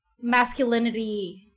masculinity